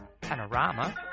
panorama